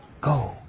Go